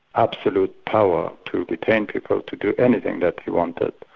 absolute power to detain people to do anything that they wanted,